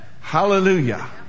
Hallelujah